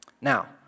Now